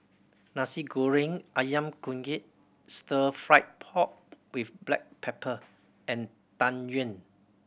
Nasi Goreng Ayam Kunyit Stir Fried Pork With Black Pepper and Tang Yuen